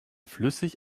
flüssig